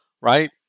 right